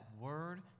word